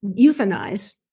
euthanize